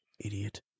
idiot